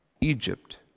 Egypt